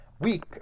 week